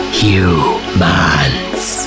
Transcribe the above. humans